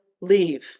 leave